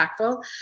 impactful